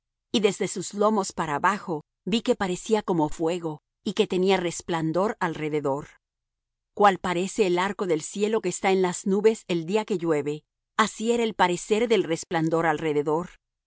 y desde sus lomos para abajo vi que parecía como fuego y que tenía resplandor alrededor cual parece el arco del cielo que está en las nubes el día que llueve así era el parecer del resplandor alrededor